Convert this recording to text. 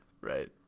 right